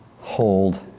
Hold